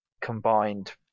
combined